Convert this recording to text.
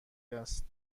است